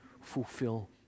fulfill